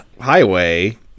highway